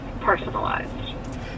personalized